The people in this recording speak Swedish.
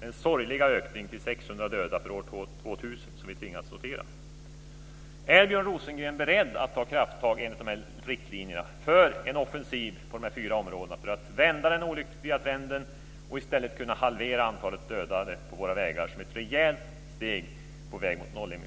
den sorgliga ökning till 600 döda år 2000 som vi har tvingats notera. Är Björn Rosengren beredd att ta krafttag enligt dessa riktlinjer i en offensiv på dessa fyra områden för att vända den olyckliga trenden och halvera antalet döda på våra vägar? Detta skulle vara ett rejält steg på väg mot nollvisionen.